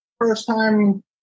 first-time